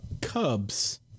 Cubs